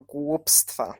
głupstwa